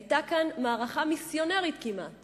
היתה כאן מערכה מיסיונרית כמעט